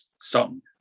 song